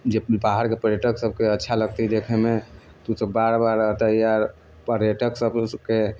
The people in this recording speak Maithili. जे बाहरके पर्यटक सभके अच्छा लगतै देखैमे तऽ उ सभ बार बार एतै आओर पर्यटक सभके